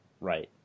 right